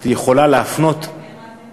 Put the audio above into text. את יכולה להפנות, הם כן מאזינים?